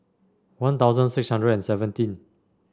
One Thousand six hundred and seventeen